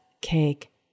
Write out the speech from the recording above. cake